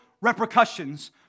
repercussions